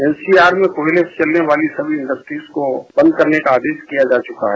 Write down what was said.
MC R में कोयले से चलने वाली इंडस्ट्रीज को हमने बंद करने का आदेश दिया जा चुका है